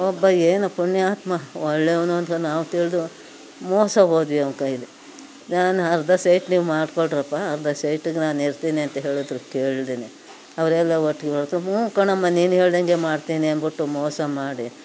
ಒಬ್ಬ ಏನೋ ಪುಣ್ಯಾತ್ಮ ಒಳ್ಳೆಯವನು ಅಂತ ನಾವು ತಿಳಿದು ಮೋಸ ಹೋದ್ವಿ ಅವ್ನ ಕೈಯ್ಯಲ್ಲಿ ನಾನು ಅರ್ಧ ಸೈಟ್ ನೀವು ಮಾರ್ಕೊಳ್ರಪ್ಪ ಅರ್ಧ ಸೈಟಿಗೆ ನಾನು ಇರ್ತೀನಿ ಅಂತ ಹೇಳಿದ್ರು ಕೇಳದೇನೆ ಅವರೆಲ್ಲ ಒಟ್ಟಿಗೆ ಹೇಳಿದ್ರು ಹೂ ಕಣಮ್ಮ ನೀನು ಹೇಳ್ದಂತೆ ಮಾಡ್ತೀನಿ ಅಂದ್ಬಿಟ್ಟು ಮೋಸ ಮಾಡಿ